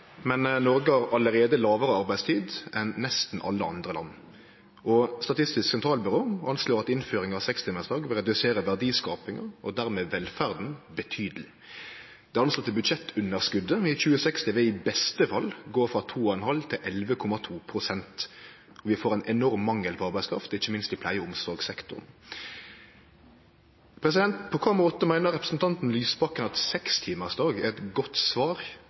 men Noreg har allereie kortare arbeidstid enn nesten alle andre land. Statistisk sentralbyrå anslår at innføring av sekstimarsdag vil redusere verdiskapinga og dermed velferda betydeleg. Det anslåtte budsjettunderskotet i 2060 vil i beste fall gå frå 2,5 pst. til 11,2 pst. Vi får ein enorm mangel på arbeidskraft, ikkje minst i pleie- og omsorgssektoren. På kva måte meiner representanten Lysbakken at sekstimarsdag er eit godt svar